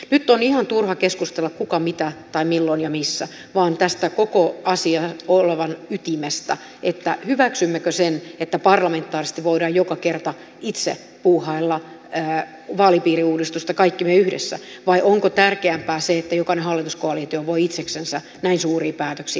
nyt on ihan turha keskustella siitä kuka mitä milloin ja missä vaan tulisi keskustella tästä koko asian ytimestä hyväksymmekö sen että parlamentaarisesti voidaan joka kerta itse puuhailla vaalipiiriuudistusta kaikki me yhdessä vai onko tärkeämpää se että jokainen hallituskoalitio voi itseksensä näin suuria päätöksiä tehdä